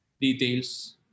details